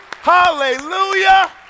hallelujah